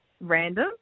random